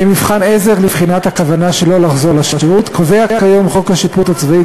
כמבחן עזר לבחינת הכוונה שלא לחזור לשירות קובע כיום חוק השיפוט הצבאי,